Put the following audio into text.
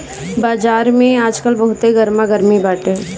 बाजार में आजकल बहुते गरमा गरमी बाटे